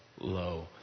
low